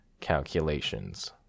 calculations